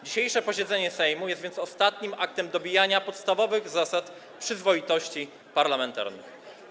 Dzisiejsze posiedzenie Sejmu jest ostatnim aktem dobijania podstawowych zasad przyzwoitości parlamentarnej.